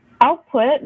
output